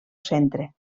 centre